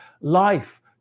Life